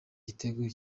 igitego